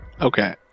Okay